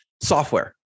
software